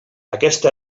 aquesta